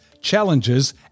challenges